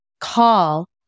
Call